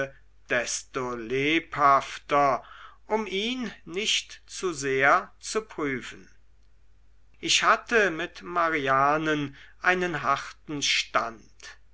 desto lebhafter um ihn nicht zu sehr zu prüfen ich hatte mit marianen einen harten stand